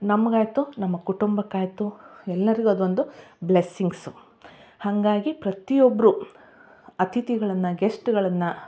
ನಮ್ಗೆ ಆಯಿತು ನಮ್ಮ ಕುಟುಂಬಕ್ಕೆ ಆಯಿತು ಎಲ್ಲರಿಗೂ ಅದೊಂದು ಬ್ಲೆಸ್ಸಿಂಗ್ಸು ಹಾಗಾಗಿ ಪ್ರತಿಯೊಬ್ರೂ ಅತಿಥಿಗಳನ್ನು ಗೆಸ್ಟ್ಗಳನ್ನು